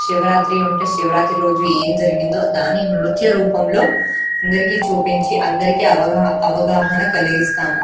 శివరాత్రి ఉంటే శివరాత్రి రోజు ఏం జరిగిందో దాన్ని నృత్య రూపంలో అందరికీ చూపించి అందరికీ అవగాహ అవగాహన కలిగిస్తాము